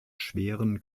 schweren